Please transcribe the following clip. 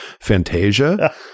Fantasia